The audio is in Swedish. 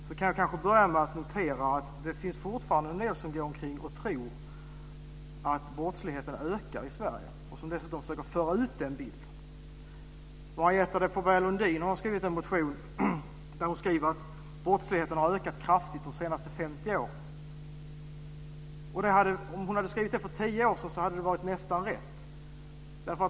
Jag kan kanske börja med att notera att det fortfarande finns en del personer som går omkring och tror att brottsligheten ökar i Sverige och som dessutom försöker föra ut den bilden. Marietta de Pourbaix-Lundin har väckt en motion där hon skriver att brottsligheten har ökat kraftigt de senaste 50 åren. Om hon hade skrivit det för tio år sedan hade det varit nästan rätt.